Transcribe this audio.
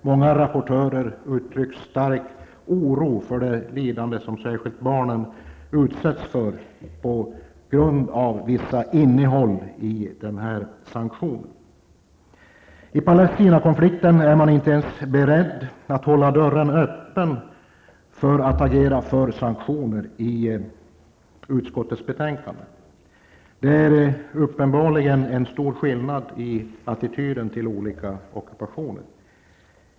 Många rapportörer uttrycker stark oro för det lidande som särskilt barnen utsätts för på grund av en del av innehållet i sanktionerna. I fråga om Palestinakonflikten är man inte ens beredd att i utskottets betänkande hålla dörren öppen för ett agerande för sanktioner. Det är uppenbarligen en stor skillnad i attityden till olika ockupationer.